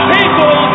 people